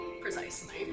Precisely